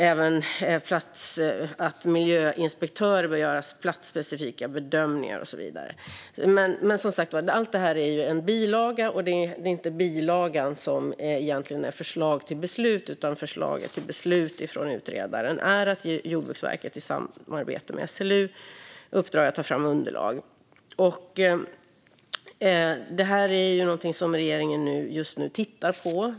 Även miljöinspektörer bör göra platsspecifika bedömningar och så vidare. Allt detta är en bilaga. Det är inte bilagan som är förslag till beslut. Förslaget till beslut från utredaren är att ge Jordbruksverket i samarbete med SLU i uppdrag att ta fram underlag. Det är någonting som regeringen just nu tittar på.